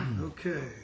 Okay